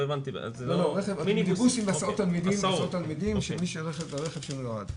לא, מיניבוסים והסעות תלמידים, רכב שמיועד.